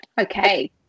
Okay